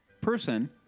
person